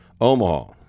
Omaha